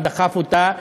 ודחף אותה,